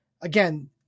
again